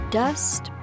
dust